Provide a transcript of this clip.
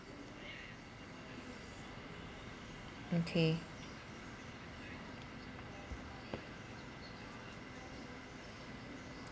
okay